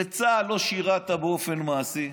בצה"ל לא שירתָ באופן מעשי.